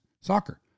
soccer